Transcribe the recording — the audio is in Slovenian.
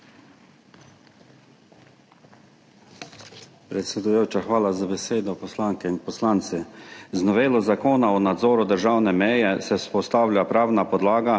Predsedujoča, hvala za besedo. Poslanke in poslanci! Z novelo Zakona o nadzoru državne meje se vzpostavlja pravna podlaga